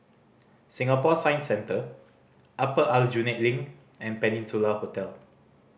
Singapore Science Centre Upper Aljunied Link and Peninsula Hotel